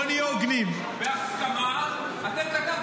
ביחס --- אתם כתבם